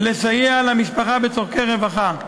לסייע למשפחה בצורכי הרווחה.